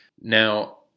Now